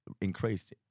increased